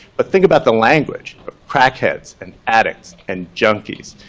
but think about the language, of crackheads and addicts and junkies?